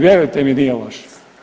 Vjerujte mi nije loš.